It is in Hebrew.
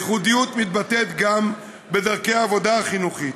הייחודיות מתבטאת גם בדרכי העבודה החינוכית,